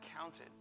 counted